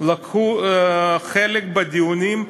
לקחו חלק בדיונים,